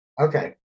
okay